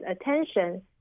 attention